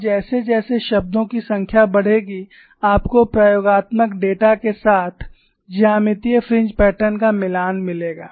और जैसे जैसे शब्दों की संख्या बढ़ेगी आपको प्रयोगात्मक डेटा के साथ ज्यामितीय फ्रिंज पैटर्न का मिलान मिलेगा